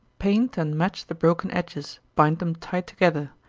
paint and match the broken edges, bind them tight together,